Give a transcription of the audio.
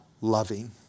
loving